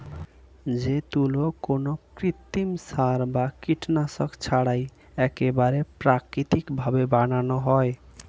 যে তুলো কোনো কৃত্রিম সার বা কীটনাশক ছাড়াই একেবারে প্রাকৃতিক ভাবে বানানো হয়